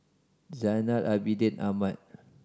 Zainal Abidin Ahmad